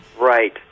Right